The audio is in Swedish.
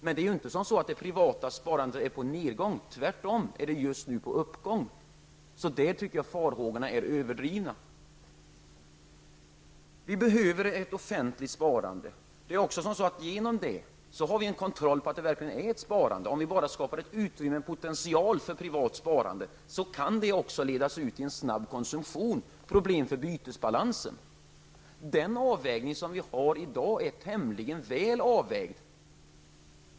Men det privata sparandet är inte på nedgång -- tvärtom. Det är just nu på uppgång. Jag tycker därför att de farhågorna är överdrivna. Vi behöver ett offentligt sparande. Genom detta har vi också en kontroll på att det verkligen är fråga om ett sparande. Om vi bara skapar ett utrymme, en potential för privat sparande, kan det också ledas ut i en snabb konsumtion och leda till problem med bytesbalansen. Den avvägning vi har i dag är tämligen balanserad.